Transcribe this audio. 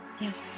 Yes